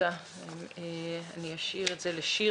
ננעלה בשעה